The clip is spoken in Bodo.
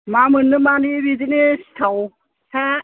मा मोननो माने बिदिनो सिथाव साह